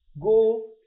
go